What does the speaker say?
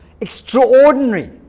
extraordinary